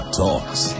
talks